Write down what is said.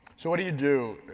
so what do you do,